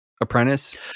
apprentice